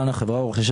בוקר טוב,